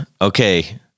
Okay